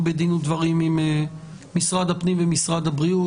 בדין ודברים עם משרד הפנים והבריאות.